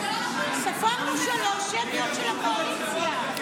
ספרנו שלוש שמיות של הקואליציה.